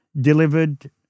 delivered